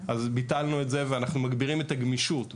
ביטלנו את זה ואנחנו מגבירים את הגמישות.